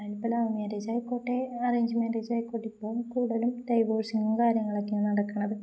അതിലിപ്പപ്പോ love മേജ്യിക്കോട്ടെ arrange marriage ആയിക്കോട്ടെ ഇപ്പം കൂടുലും ഡൈവഴ്ും കാര്യങ്ങളൊക്കെയാണ് നടക്കണത്